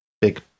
big